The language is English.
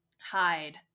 hide